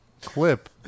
clip